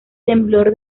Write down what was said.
temblor